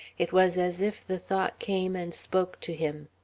it was as if the thought came and spoke to him.